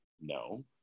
no